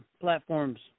platforms